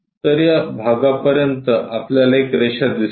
तर त्या भागापर्यंत आपल्याला एक रेषा दिसेल